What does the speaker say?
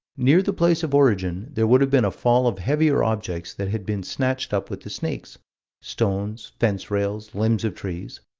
near the place of origin, there would have been a fall of heavier objects that had been snatched up with the snakes stones, fence rails, limbs of trees.